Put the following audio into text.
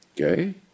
okay